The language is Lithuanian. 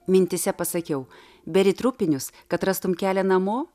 mintyse pasakiau beri trupinius kad rastum kelią namo